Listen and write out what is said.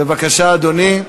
בבקשה, אדוני.